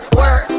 work